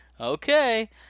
Okay